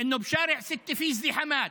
שכאשר בכביש 6 יש פקקים,